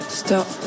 stop